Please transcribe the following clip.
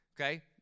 okay